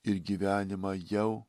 ir gyvenimą jau